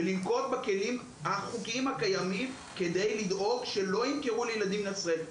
ולנקוט בכלים החוקיים הקיימים כדי לדאוג שלא ימכרו לילדים במדינת ישראל.